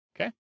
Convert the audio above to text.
Okay